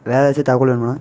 வேற எதாச்சும் தகவல் வேணுமாண்ண